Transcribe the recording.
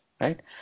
right